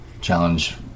challenge